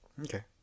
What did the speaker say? Okay